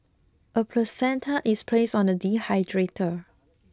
a placenta is placed on a dehydrator